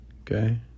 Okay